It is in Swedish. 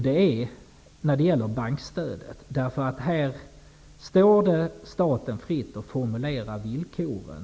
Det gäller bankstödet. Här står det staten fritt att formulera villkoren.